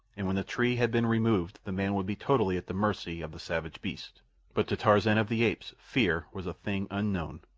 and when the tree had been removed the man would be totally at the mercy of the savage beast but to tarzan of the apes fear was a thing unknown.